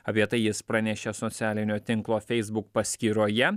apie tai jis pranešė socialinio tinklo facebook paskyroje